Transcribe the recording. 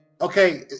Okay